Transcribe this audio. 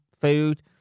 food